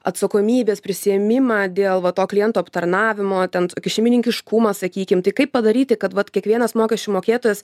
atsakomybės prisiėmimą dėl va to klientų aptarnavimo ten šeimininkiškumo sakykim tai kaip padaryti kad vat kiekvienas mokesčių mokėtojas